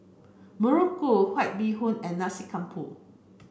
Muruku White Bee Hoon and Nasi Campur